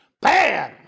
Bam